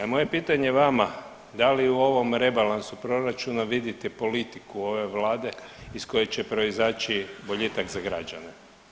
Moje pitanje vama, da li u ovom rebalansu proračuna vidite politiku ove Vlade iz koje će proizaći boljitak za građane.